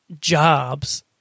jobs